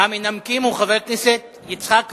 המנמקים הוא חבר הכנסת יצחק וקנין,